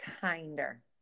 kinder